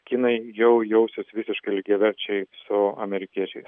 kinai jau jausis visiškai lygiaverčiai su amerikiečiais